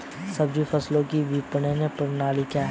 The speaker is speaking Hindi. सब्जी फसलों की विपणन प्रणाली क्या है?